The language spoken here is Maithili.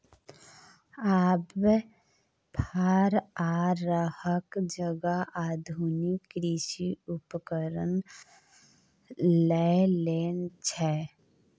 आब फार आ हरक जगह आधुनिक कृषि उपकरण लए लेने छै